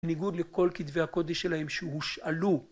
בניגוד לכל כתבי הקודש שלהם שהושאלו